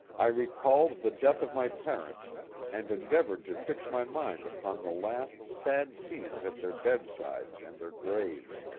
i recalled the death of my parents and endeavored to fix my mind upon the last sad scenes at their bedsides and their graves.